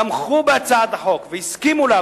תמכו בהצעת החוק והסכימו לה,